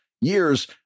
years